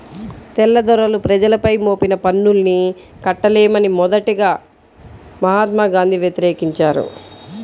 తెల్లదొరలు ప్రజలపై మోపిన పన్నుల్ని కట్టలేమని మొదటగా మహాత్మా గాంధీ వ్యతిరేకించారు